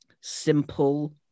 simple